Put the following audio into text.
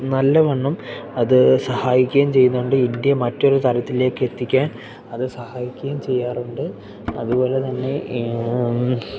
നല്ല വണ്ണം അത് സഹായിക്കേം ചെയ്യുന്നുണ്ട് ഇന്ത്യ മറ്റൊരു തരത്തിലേക്ക് എത്തിക്കാൻ അത് സഹായിക്കേം ചെയ്യാറുണ്ട് അതുപോലെ തന്നെ